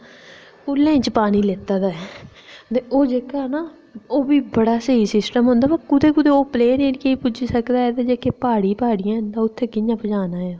कूह्ल्लें च पानी लैते दा ऐ ते ओह् जेह्का ना ओह्बी बड़ा स्हेई सिस्टम होंदा बाऽ कुदै कुदै ओह् प्लेन एरिये च पुज्जी सकदा ऐ ते प्हाड़ी प्हाड़ियां न उत्थें कि'यां पजाना ऐ